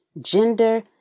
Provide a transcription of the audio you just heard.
gender